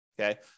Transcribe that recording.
Okay